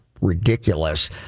ridiculous